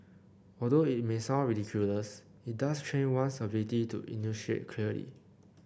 although it may sound ridiculous it does train one's ability to enunciate clearly